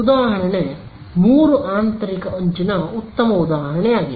ಉದಾಹರಣೆ 3 ಆಂತರಿಕ ಅಂಚಿನ ಉತ್ತಮ ಉದಾಹರಣೆಯಾಗಿದೆ